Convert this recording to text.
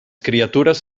criatures